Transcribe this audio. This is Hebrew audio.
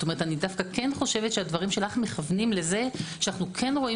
אני חושבת שהדברים שלך מכוונים לזה שאנו כן רואים